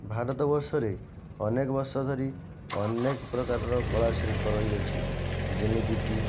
ଭାରତ ବର୍ଷରେ ଅନେକ ବର୍ଷ ଧରି ଅନେକ ପ୍ରକାରର କଳା ଶିଳ୍ପ ରହିଅଛି ଯେମିତି କି